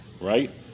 right